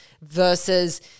versus